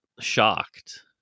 shocked